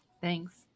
thanks